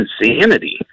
insanity